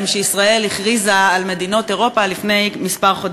שישראל הכריזה על מדינות אירופה לפני חודשים מספר.